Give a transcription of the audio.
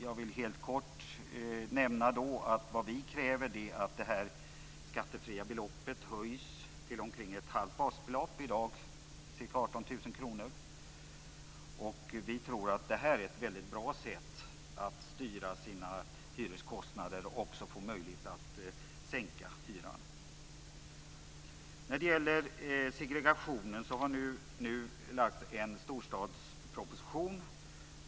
Jag vill helt kort nämna att vad vi kräver är att det skattefria beloppet höjs till omkring ett halvt basbelopp, i dag ca 18 000 kronor. Vi tror att det är ett väldigt bra sätt för att styra sina hyreskostnader och få möjlighet att sänka hyran. När det gäller segregationen har det nu lagts fram en storstadsproposition.